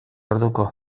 orduko